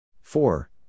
Four